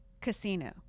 casino